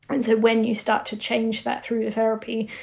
and so when you start to change that through therapy,